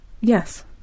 Yes